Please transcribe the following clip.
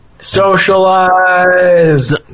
Socialize